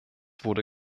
wurde